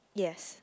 yes